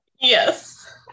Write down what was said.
yes